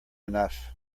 enough